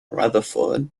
rutherford